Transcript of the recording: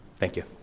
thank you.